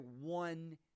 one